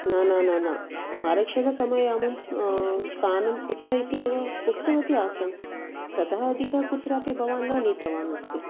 न न न न आरक्षण समये अहम् स्थानं कुत्र इति एव उक्तवती आसम् ततः अधिकं कुत्रापि भवान् न नीतवान् अस्ति